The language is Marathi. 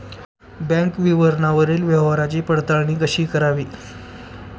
बँक विवरणावरील व्यवहाराची पडताळणी कशी करावी?